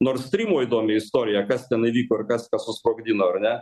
nors tyrimo įdomi istorija kas ten įvyko ir kas susprogdino ar ne